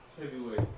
Heavyweight